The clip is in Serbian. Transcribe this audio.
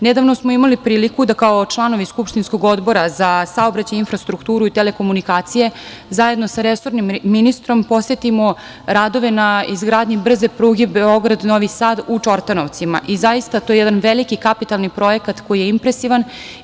Nedavno smo imali priliku da kao članovi skupštinskog Odbora za saobraćaj, infrastrukturu i telekomunikacije, zajedno sa resornim ministrom, posetimo radove na izgradnji brze pruge Beograd-Novi Sad u Čortanovcima i zaista je to jedan veliki kapitalni projekat koji je impresivan.